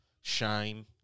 shine